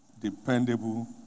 dependable